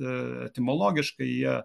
etimologiškai jie